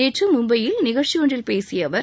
நேற்று மும்பையில் நிகழ்ச்சியொன்றில் பேசிய அவர்